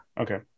Okay